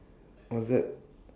what's that